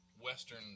Western